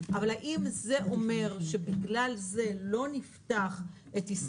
אבל האם זה אומר שבגלל זה לא נפתח את מדינת